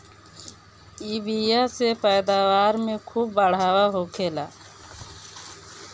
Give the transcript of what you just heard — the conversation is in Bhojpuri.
इ बिया से पैदावार में खूब बढ़ावा होखेला